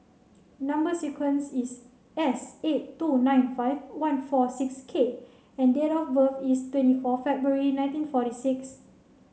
number sequence is S eight two nine five one four six K and date of birth is twenty four February nineteen forty six